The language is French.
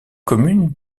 commune